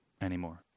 anymore